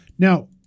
Now